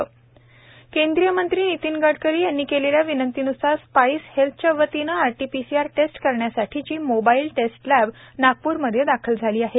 mobile test lab केंद्रीय मंत्री नितीन गडकरी यांनी केलेल्या विनंतीन्सार स्पाईस हेल्थच्या वतीने आरटी पीसीआर टेस्ट करण्यासाठीची मोबाईल टेस्ट लॅब नागप्रमध्ये दाखल झाली आहे